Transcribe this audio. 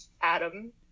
Adam